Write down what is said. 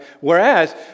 Whereas